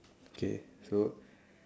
okay so